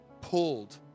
pulled